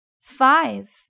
Five